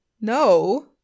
No